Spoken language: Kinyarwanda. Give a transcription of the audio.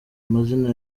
amazina